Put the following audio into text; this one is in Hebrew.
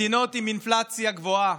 מדינות עם אינפלציה גבוהה,